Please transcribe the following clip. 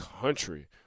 country